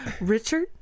Richard